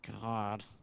God